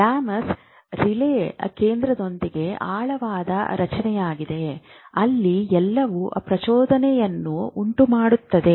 thalamus relay ಕೇಂದ್ರದೊಂದಿಗೆ ಆಳವಾದ ರಚನೆಯಾಗಿದೆ ಅಲ್ಲಿ ಎಲ್ಲವೂ ಪ್ರಚೋದನೆಯನ್ನು ಉಂಟುಮಾಡುತ್ತದೆ